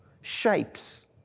shapes